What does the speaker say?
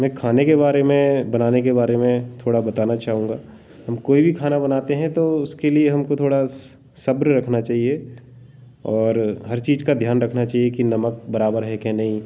मैं खाने के बारे में बनाने के बारे में थोड़ा बताना चाहूँगा हम कोई भी खाना बनाते हैं तो उसके लिए हमको थोड़ा सब्र रखना चहिए और हर चीज़ का ध्यान रखना चाहिए कि नमक बराबर है के नहीं